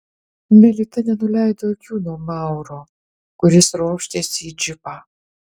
melita nenuleido akių nuo mauro kuris ropštėsi į džipą